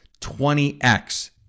20X